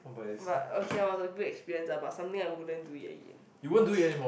but okay ah was a good experience ah but something I wouldn't do it again was